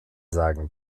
sagen